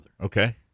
Okay